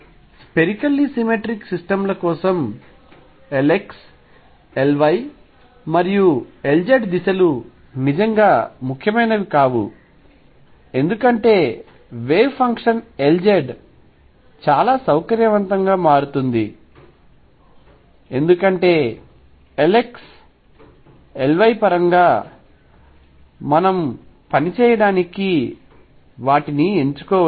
spherically symmetric system ల కోసం Lx Ly మరియు Lz దిశలు నిజంగా ముఖ్యమైనవి కావు ఎందుకంటే వేవ్ ఫంక్షన్ Lz చాలా సౌకర్యవంతంగా మారుతుంది ఎందుకంటే Lx Ly పరంగా మనము పని చేయడానికి వాటిని ఎంచుకోవచ్చు